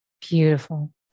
Beautiful